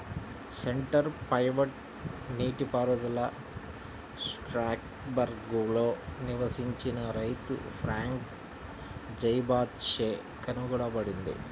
centre pivot నీటిపారుదల స్ట్రాస్బర్గ్లో నివసించిన రైతు ఫ్రాంక్ జైబాచ్ చే కనుగొనబడింది